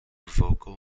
vocal